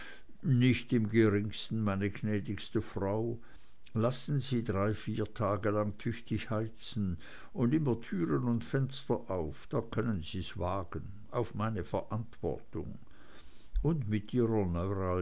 nicht im geringsten meine gnädigste frau lassen sie drei vier tage lang tüchtig heizen und immer türen und fenster auf da können sie's wagen auf meine verantwortung und mit ihrer